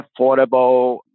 affordable